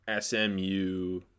SMU